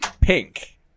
pink